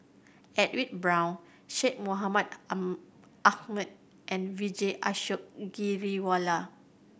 Edwin Brown Syed Mohamed Ahmed and Vijesh Ashok Ghariwala